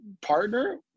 partner